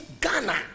Ghana